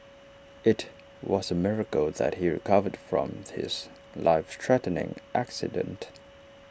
IT was A miracle that he recovered from his life threatening accident